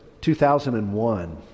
2001